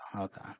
okay